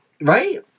right